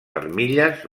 armilles